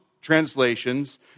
translations